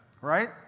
Right